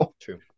True